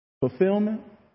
fulfillment